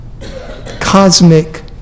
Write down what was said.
cosmic